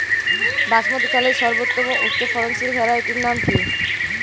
বাসমতী চালের সর্বোত্তম উচ্চ ফলনশীল ভ্যারাইটির নাম কি?